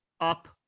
up